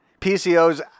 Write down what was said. PCO's